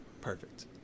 Perfect